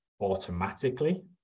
automatically